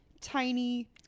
tiny